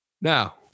Now